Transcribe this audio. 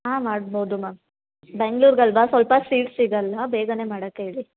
ಆಂ ಮಾಡ್ಬೌದು ಮ್ಯಾಮ್ ಬೆಂಗ್ಳೂರಿಗಲ್ವ ಸ್ವಲ್ಪ ಸೀಟ್ ಸಿಗೋಲ್ಲ ಬೇಗನೆ ಮಾಡಕ್ಕೆ ಹೇಳಿ